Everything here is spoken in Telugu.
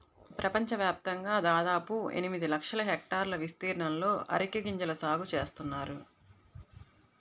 ప్రపంచవ్యాప్తంగా దాదాపు ఎనిమిది లక్షల హెక్టార్ల విస్తీర్ణంలో అరెక గింజల సాగు చేస్తున్నారు